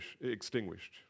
extinguished